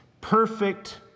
perfect